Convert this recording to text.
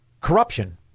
Corruption